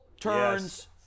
turns